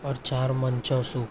اور چار manchow soup